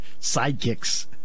Sidekicks